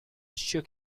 shook